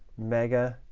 mega,